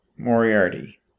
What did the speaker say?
moriarty